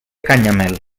canyamel